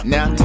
Now